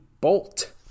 Bolt